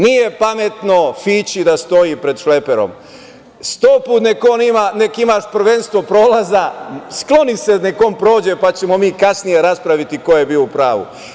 Nije pametno fići da stoji pred šleperom, sto puta neka imaš prvenstvo prolaza, skloni se neka on prođe, pa ćemo mi kasnije raspraviti ko je bio upravu.